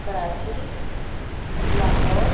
Karachi Lahore